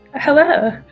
Hello